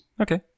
Okay